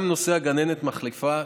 גם בנושא הגננת המחליפה,